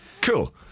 Cool